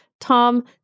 Tom